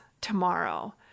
tomorrow